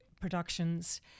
productions